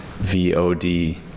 VOD